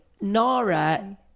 Nara